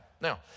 now